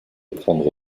prendre